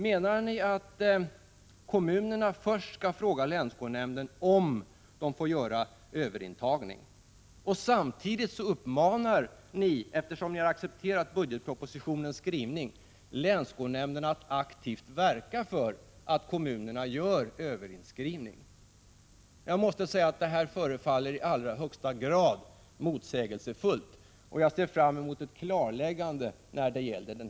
Menar ni att kommunerna först skall fråga länsskolnämnderna om de får göra överintagning? Samtidigt uppmanar ni, eftersom ni har accepterat budgetpropositionens skrivning, länsskolnämnderna att aktivt verka för att kommunerna gör överintagning. Jag måste säga att detta i allra högsta grad förefaller motsägelsefullt. Jag ser fram mot ett klarläggande i detta avseende.